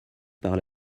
par